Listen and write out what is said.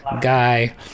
guy